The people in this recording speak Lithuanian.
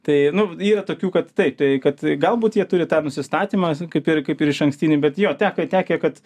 tai nu yra tokių kad taip tai kad galbūt jie turi tą nusistatymą kaip ir kaip ir išankstinį bet jo teko tekę kad